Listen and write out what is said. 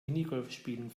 minigolfspielen